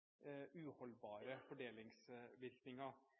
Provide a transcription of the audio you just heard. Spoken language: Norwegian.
uholdbare fordelingsvirkninger.